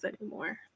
anymore